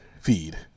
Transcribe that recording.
feed